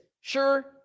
sure